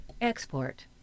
Export